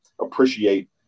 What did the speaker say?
appreciate